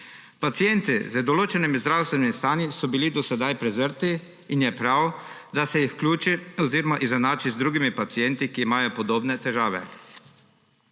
Pacienti z določenimi zdravstvenimi stanji so bili do sedaj prezrti in je prav, da se jih vključi oziroma izenači z drugimi pacienti, ki imajo podobne težave.